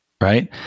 right